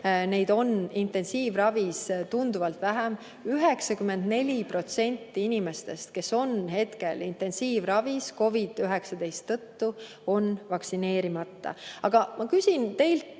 neid on intensiivravis tunduvalt vähem. 94% inimestest, kes on hetkel intensiivravis COVID‑19 tõttu, on vaktsineerimata. Aga ma küsin teilt